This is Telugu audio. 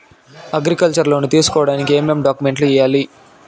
అగ్రికల్చర్ లోను తీసుకోడానికి ఏం డాక్యుమెంట్లు ఇయ్యాలి?